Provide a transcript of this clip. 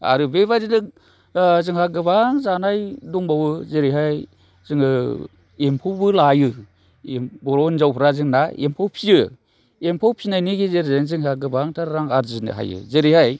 आरो बेबायदिनो जोंहा गोबां जानाय दंबावो जेरैहाय जोङो एम्फौबो लायो बर' हिनजावफ्रा जोंना एम्फौ फियो एम्फौ फिनायनि गेजेरजों जोंहा गोबांथार रां आरजिनो हायो जेरैहाय